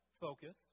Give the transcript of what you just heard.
focus